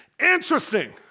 Interesting